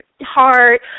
heart